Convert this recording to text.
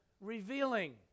revealing